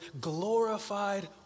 glorified